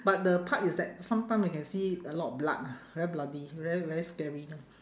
but the part is that sometime we can see a lot of blood ah very bloody very very scary